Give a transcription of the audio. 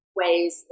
ways